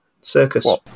Circus